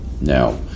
Now